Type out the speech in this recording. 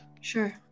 Sure